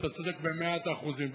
ואתה צודק במאת האחוזים,